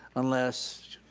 unless